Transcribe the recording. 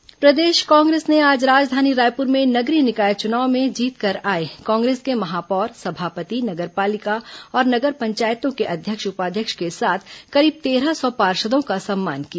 सम्मान समारोह प्रदेश कांग्रेस ने आज राजधानी रायपुर में नगरीय निकाय चुनाव में जीतकर आए कांग्रेस के महापौर सभापति नगर पालिका और नगर पंचायतों के अध्यक्ष उपाध्यक्ष के साथ करीब तेरह सौ पार्षदों का सम्मान किया